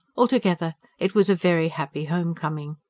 altogether it was a very happy home-coming.